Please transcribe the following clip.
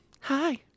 Hi